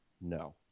No